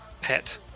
pet